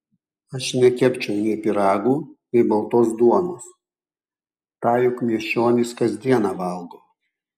aš nekepčiau nei pyragų nei baltos duonos tą juk miesčionys kas dieną valgo